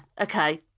Okay